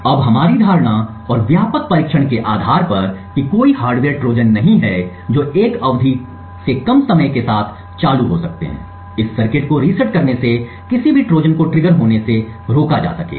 अब हमारी धारणा और व्यापक परीक्षण के आधार पर कि कोई हार्डवेयर ट्रोजन नहीं हैं जो एक अवधि से कम समय के साथ चालू हो सकते हैं इस सर्किट को रीसेट करने से किसी भी ट्रोजन को ट्रिगर होने से रोका जा सकेगा